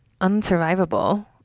unsurvivable